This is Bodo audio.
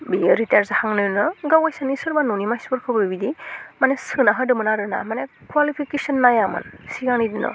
बियो रिटियार जाहांनोनो गावैसोनि सोरबा न'नि मानसिफोरखौबो बिदि माने सोना होदोंमोन आरो ना माने कवालिफिकेसन नायामोन सिगांनि दिनाव